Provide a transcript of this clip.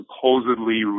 supposedly